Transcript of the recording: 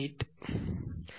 8